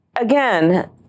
again